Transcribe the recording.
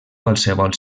qualsevol